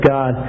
God